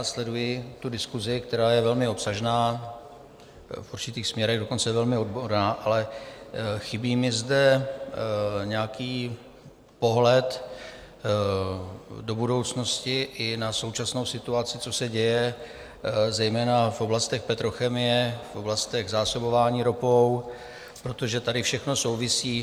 Sleduji diskusi, která je velmi obsažná, v určitých směrech dokonce velmi odborná, ale chybí mi zde nějaký pohled do budoucna i na současnou situaci, co se děje zejména v oblastech petrochemie, v oblastech zásobování ropou, protože tady všechno souvisí.